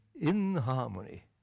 inharmony